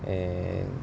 and